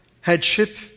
headship